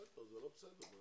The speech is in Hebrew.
זה לא בסדר.